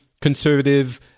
conservative